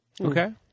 Okay